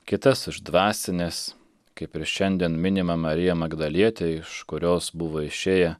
kitas iš dvasinės kaip ir šiandien minime mariją magdalietę iš kurios buvo išėję